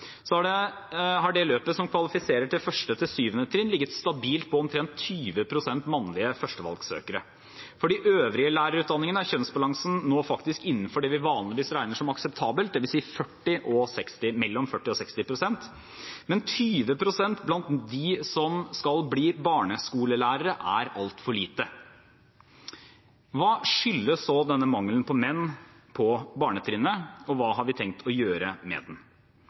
har det løpet som kvalifiserer til 1.–7. trinn ligget stabilt på omtrent 20 pst. mannlige førstevalgssøkere. For de øvrige lærerutdanningene er kjønnsbalansen nå faktisk innenfor det vi vanligvis regner som akseptabelt, dvs. mellom 40 pst. og 60 pst. Men 20 pst. blant dem som skal bli barneskolelærere, er altfor lite. Hva skyldes så denne mangelen på menn på barnetrinnet, og hva har vi tenkt å gjøre med den?